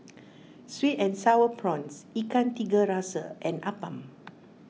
Sweet and Sour Prawns Ikan Tiga Rasa and Appam